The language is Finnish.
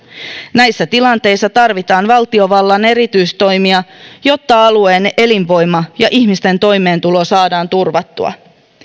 näissä tilanteissa tarvitaan valtiovallan erityistoimia jotta alueen elinvoima ja ihmisten toimentulo saadaan turvattua